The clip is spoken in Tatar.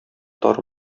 тар